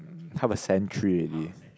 half a century already